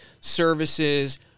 services